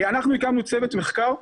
אנחנו הקמנו צוות מחקר.